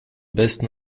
besten